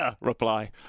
reply